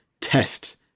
test